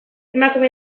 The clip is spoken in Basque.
emakume